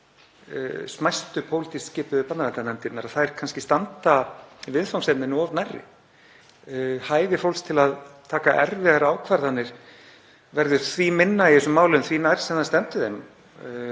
smæstu pólitískt skipuðu barnaverndarnefndirnar. Þær standa kannski viðfangsefninu of nærri. Hæfi fólks til að taka erfiðar ákvarðanir verður því minna í þessum málum, því nær sem það stendur þeim.